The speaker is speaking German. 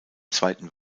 zweiten